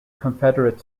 confederate